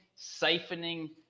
siphoning